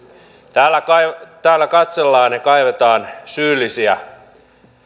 täällä katsellaan ja kaivetaan syyllisiä